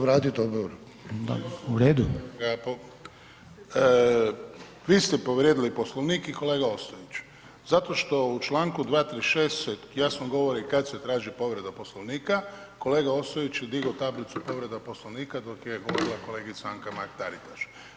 Vi ste povrijedili Poslovnik i kolega Ostojić, zato što u Članku 236. se jasno govori kad se traži povreda Poslovnika, kolega Ostojić je digo tablicu povreda Poslovnika dok je govorila kolegica Anka Mrak-Taritaš.